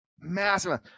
massive